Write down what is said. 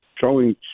showing